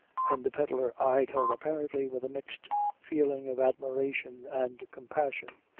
and the pedlar eyed her apparently with a mixed feeling of admiration and compassion.